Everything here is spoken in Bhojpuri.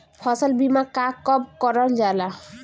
फसल बीमा का कब कब करव जाला?